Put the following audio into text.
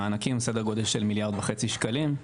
סדר גודל של מיליארד וחצי שקלים,